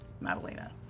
Madalena